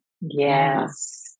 Yes